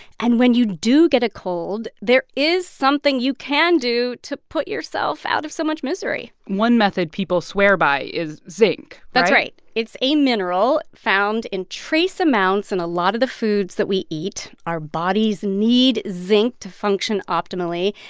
and when you do get a cold, there is something you can do to put yourself out of so much misery one method people swear by is zinc, right? that's right. it's a mineral found in trace amounts in a lot of the foods that we eat. our bodies need zinc to function optimally.